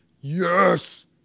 Yes